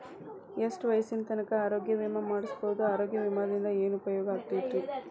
ಎಷ್ಟ ವಯಸ್ಸಿನ ತನಕ ಆರೋಗ್ಯ ವಿಮಾ ಮಾಡಸಬಹುದು ಆರೋಗ್ಯ ವಿಮಾದಿಂದ ಏನು ಉಪಯೋಗ ಆಗತೈತ್ರಿ?